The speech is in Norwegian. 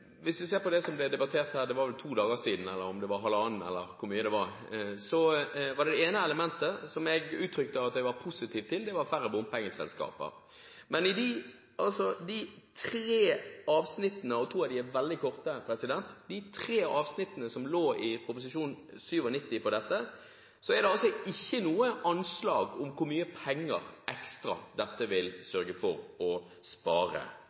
Hvis vi ser på det som ble debattert for et par dager siden, var det ene elementet som jeg uttrykte at jeg var positiv til, færre bompengeselskaper. Men i de tre avsnittene – to av dem er veldig korte – i Prop. 97 S for 2013–2014 som handler om dette, er det ikke noe anslag om hvor mye ekstra penger dette vil sørge for å spare